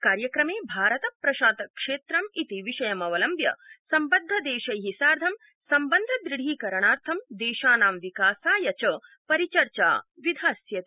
कार्यक्रमे भारत प्रशान्त क्षेत्रम् इति विषयमवलम्ब्य सम्बद्ध देशै सार्धं सम्बन्धं दृढीकरणार्थं देशानां विकासाय च परिचर्चा विधास्यते